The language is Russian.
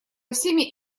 всеми